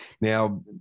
Now